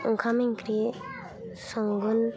ओंखाम ओंख्रि संगोन